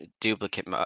duplicate